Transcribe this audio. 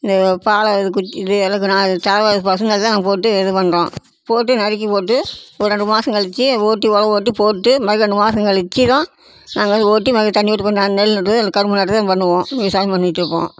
இந்த பால கு இது இலகுனா இந்த தேவையான போட்டு இது பண்ணுறோம் போட்டு நறுக்கி போட்டு ஒரு ரெண்டு மாதம் கழிச்சு ஓட்டி உழவு ஓட்டி போட்டு மறு ரெண்டுமாதம் கழிச்சி தான் நாங்கள் வந்து ஓட்டி மறுபடி தண்ணி விட்டு நாங்கள் நெல் நட்டு கரும்பு நட்றது நம்ம பண்ணுவோம் விவசாயம் பண்ணிகிட்டு இருப்போம்